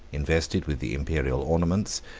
invested with the imperial ornaments,